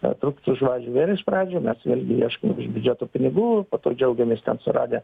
na trukt už vadžių vėl iš pradžių mes vėlgi ieškom iš biudžeto pinigų po to džiaugiamės ten suradę